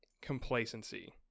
complacency